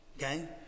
Okay